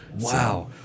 Wow